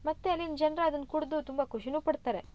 ಮತ್ತೆ ಅಲ್ಲಿನ ಜನ್ರು ಅದನ್ನು ಕುಡಿದು ತುಂಬ ಖುಷಿನು ಪಡ್ತಾರೆ